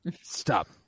stop